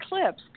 eclipse